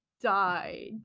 died